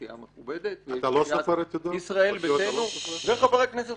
סיעה מכובדת ויש את סיעת ישראל ביתנו וחבר הכנסת